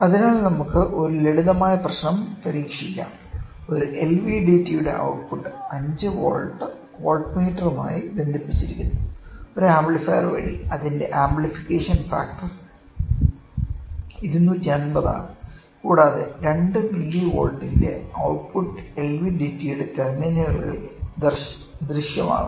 അതിനാൽ നമുക്ക് ഒരു ലളിതമായ പ്രശ്നം പരീക്ഷിക്കാം ഒരു എൽവിഡിടിയുടെ ഔട്ട്പുട്ട് 5 വോൾട്ട് വോൾട്ട്മീറ്ററുമായി ബന്ധിപ്പിച്ചിരിക്കുന്നു ഒരു ആംപ്ലിഫയർ വഴി അതിന്റെ ആംപ്ലിഫിക്കേഷൻ ഫാക്ടർ 250 ആണ് കൂടാതെ 2 മില്ലിവോൾട്ടിന്റെ ഔട്ട് പുട്ട് എൽവിഡിടിയുടെ ടെർമിനലുകളിൽ ദൃശ്യമാകുന്നു